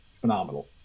phenomenal